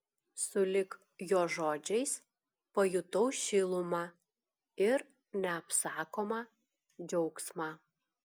sulig jo žodžiais pajutau šilumą ir neapsakomą džiaugsmą